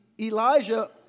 Elijah